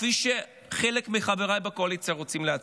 כפי שחלק מחבריי בקואליציה רוצים להציג.